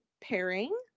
pairing